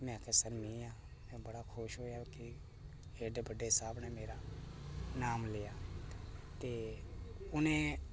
ते में आक्खेआ सर में आं ते बड़ा खुश होआ एड्डे बड्डे साहब नै मेरा नाम लेआ ते उनें